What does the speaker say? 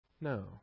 No